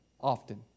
often